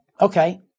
okay